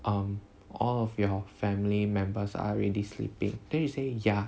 um all of your family members are already sleeping then you say yeah